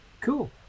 Cool